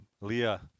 Leah